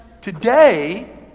today